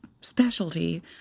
specialty